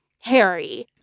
Harry